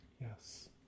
Yes